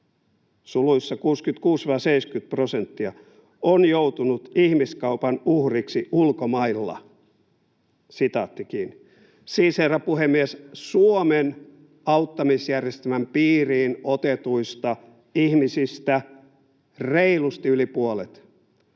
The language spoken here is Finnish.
suurin osa (66—70 prosenttia) on joutunut ihmiskaupan uhriksi ulkomailla.” Siis, herra puhemies, Suomen auttamisjärjestelmän piiriin otetuista ihmisistä reilusti yli puolet,